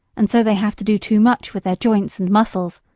and so they have to do too much with their joints and muscles,